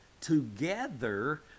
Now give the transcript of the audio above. together